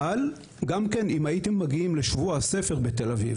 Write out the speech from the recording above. אבל גם כן אם הייתם מגיעים לשבוע הספר בתל-אביב,